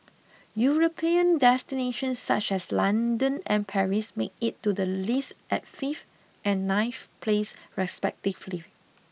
European destinations such as London and Paris made it to the list at fifth and ninth place respectively